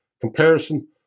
comparison